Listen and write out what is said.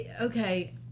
okay